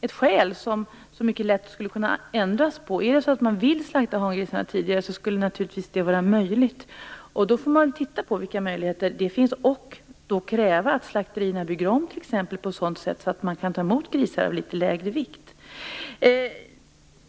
ett skäl som mycket lätt skulle kunna ändras. Vill man slakta hangrisarna tidigare skulle det naturligtvis vara möjligt. Man får titta på vilka möjligheter som finns och t.ex. kräva att slakterierna bygger om på sådant sätt att man kan ta emot grisar av litet lägre vikt.